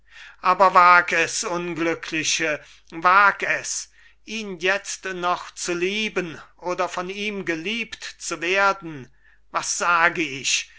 aber wag es unglückliche wag es ihn jetzt noch zu lieben oder von ihm geliebt zu werden was sage ich